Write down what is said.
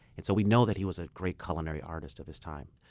and so we know that he was a great culinary artist of his time.